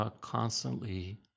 constantly